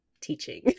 teaching